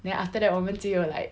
then after that 我们只有 like